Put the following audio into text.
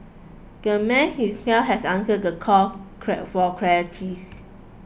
the man himself has answered the call for clarities